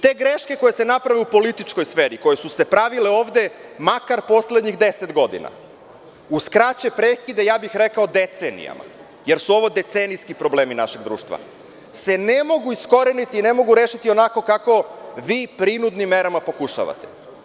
Te greške koje se naprave u političkoj sferi, koje su se pravile ovde, makar poslednjih 10 godina, uz kraće prekide, ja bih rekao, decenijama, jer su ovo decenijski problemi našeg društva, se ne mogu iskoreniti i ne mogu rešiti onako kako vi prinudnim merama pokušavate.